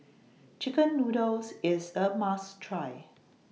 Chicken Noodles IS A must Try